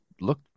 look